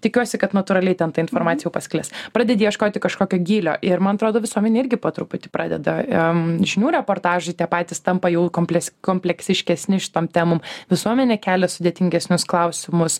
tikiuosi kad natūraliai ten ta informacija jau pasklis pradedi ieškoti kažkokio gylio ir man atrodo visuomenė irgi po truputį pradeda em žinių reportažai te patys tampa jau komples kompleksiškesni šitom temom visuomenė kelia sudėtingesnius klausimus